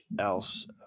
else